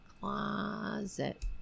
closet